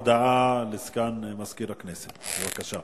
הודעה לסגן מזכירת הכנסת, בבקשה.